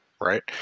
right